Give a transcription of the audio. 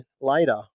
later